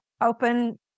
open